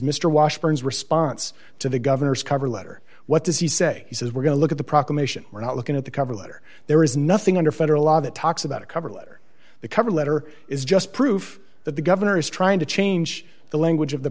mr washburn's response to the governor's cover letter what does he say he says we're going to look at the proclamation we're not looking at the cover letter there is nothing under federal law that talks about a cover letter the cover letter is just proof that the governor is trying to change the language of the